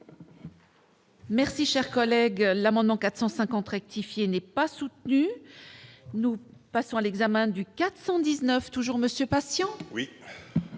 Merci, cher collègue, l'amendement 450 rectifier n'est pas soutenu, nous passons à l'examen du 419 toujours Monsieur patients.